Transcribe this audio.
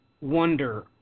wonder